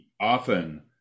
often